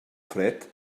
fred